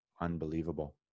unbelievable